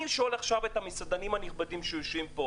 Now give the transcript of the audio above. אני שואל את נציגי המסעדנים שנמצאים כאן: